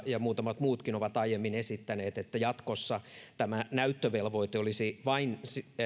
ja muutamat muutkin ovat täällä salissa aiemmin esittäneet että jatkossa tämä näyttövelvoite olisi vain